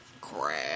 crap